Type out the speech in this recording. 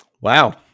Wow